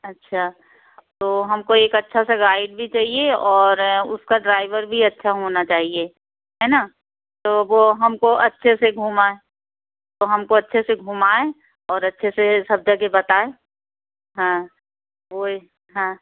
अच्छा तो हमको एक अच्छा सा गाइड भी चाहिए और उसका ड्राईवर भी अच्छा होना चाहिए है ना तो वो हमको अच्छे से घुमाए तो हमको अच्छे से घुमाए और अच्छे से सब जगह बताए हाँ वही हाँ